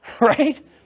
right